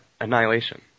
annihilation